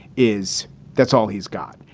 is that's all he's got.